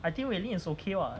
I think wei lin is okay [what]